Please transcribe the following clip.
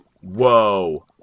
whoa